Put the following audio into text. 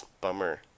Bummer